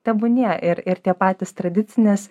tebūnie ir ir tie patys tradicinės